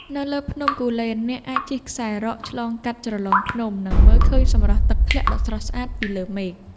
នៅលើភ្នំគូលែន អ្នកអាចជិះខ្សែរ៉កឆ្លងកាត់ជ្រលងភ្នំ និងមើលឃើញសម្រស់ទឹកធ្លាក់ដ៏ស្រស់ស្អាតពីលើមេឃ។